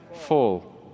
fall